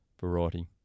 variety